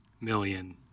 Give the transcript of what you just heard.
million